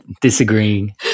disagreeing